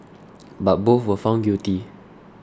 but both were found guilty